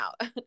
out